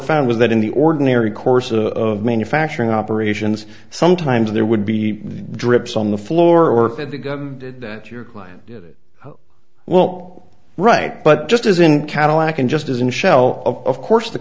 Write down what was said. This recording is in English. found was that in the ordinary course of manufacturing operations sometimes there would be drips on the floor work that they got that your client well right but just as in cadillac and just as in shell of course the